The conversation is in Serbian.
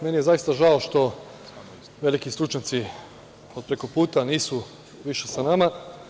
Meni je zaista žao što veliki stručnjaci od prekoputa nisu više sa nama.